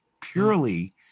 purely